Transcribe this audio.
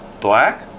black